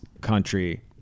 country